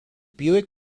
buick